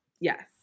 Yes